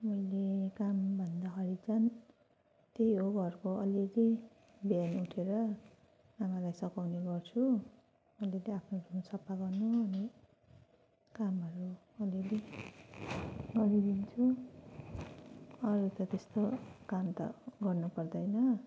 मैले काम भन्दाखरि चाहिँ त्यही हो घरको अलिअलि बिहान उठेर आमालाई सघाउने गर्छु अलिअलि आफ्नो रुम सफा गर्नु अनि कामहरू अलिअलि गरिदिन्छु अरू त त्यस्तो काम त गर्नु पर्दैन